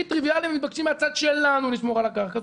טריביאליים המתבקשים מהצד שלנו לשמור על הקרקע.